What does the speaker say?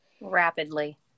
Rapidly